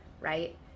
right